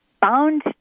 bound